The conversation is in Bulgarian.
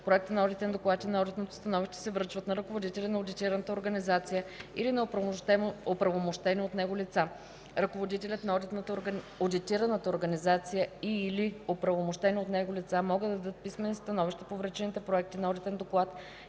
Проектът на одитен доклад и на одитното становище се връчват на ръководителя на одитираната организация или на оправомощени от него лица. Ръководителят на одитираната организация и/или оправомощени от него лица могат да дадат писмени становища по връчените проект на одитен доклад